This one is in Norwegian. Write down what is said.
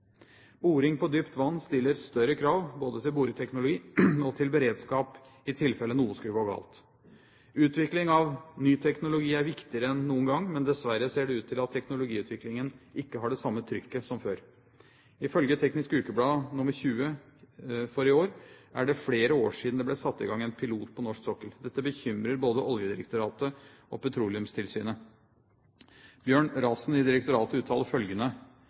Boring på dypt vann stiller større krav både til boreteknologi og til beredskap i tilfelle noe skulle gå galt. Utvikling av ny teknologi er viktigere enn noen gang, men dessverre ser det ut til at teknologiutviklingen ikke har det samme trykket som før. Ifølge Teknisk Ukeblad nr. 20 for i år er det flere år siden det ble satt i gang en pilot på norsk sokkel. Dette bekymrer både Oljedirektoratet og Petroleumstilsynet. Bjørn Rasen i direktoratet uttaler følgende